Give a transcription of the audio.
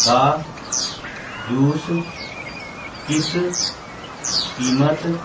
ਦਾ juice ਕਿਸ ਕੀਮਤ